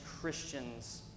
Christians